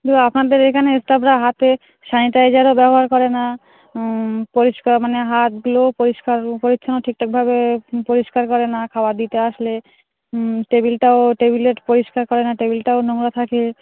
দাদা আপনাদের এখানে স্টাফরা হাতে স্যানিটাইজারও ব্যবহার করে না পরিষ্কার মানে হাতগুলোও পরিষ্কার পরিচ্ছন্ন ঠিকঠাকভাবে পরিষ্কার করে না খাবার দিতে আসলে টেবিলটাও টেবিলেট পরিষ্কার করে না টেবিলটাও নোংরা থাকে